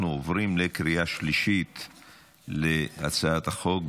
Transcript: אנחנו עוברים לקריאה השלישית להצעת החוק.